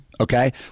Okay